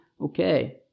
Okay